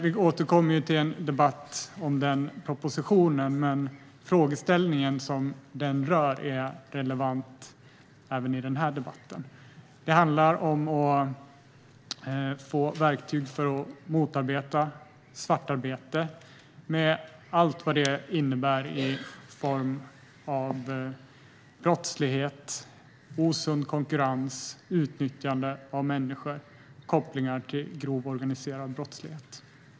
Vi återkommer till en debatt om den propositionen, men frågeställningen är relevant även i den här debatten. Det handlar om att få verktyg för att motarbeta svartarbete med allt vad det innebär i form av brottslighet, osund konkurrens, utnyttjande av människor och kopplingar till grov, organiserad brottslighet.